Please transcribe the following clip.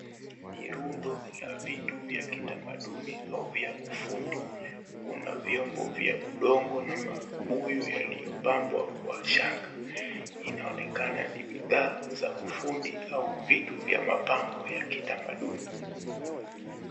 Ni rundo la vitu vya kitamaduni au vya ufundi . Kuna vyombo vya udongo na mabuyu yaliyopambwa kwa shanga . Inaonekana ni bidhaa za ufundi au vitu vya mapambo ya kitamaduni.